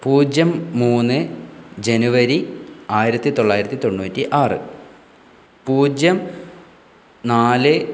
പൂജ്യം മൂന്ന് ജനുവരി ആയിരത്തി തൊള്ളായിരത്തി തൊണ്ണൂറ്റി ആറ് പൂജ്യം നാല്